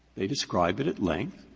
they describe it at length.